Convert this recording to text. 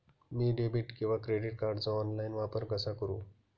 मी debit किंवा credit कार्डचा online वापर कसा करु?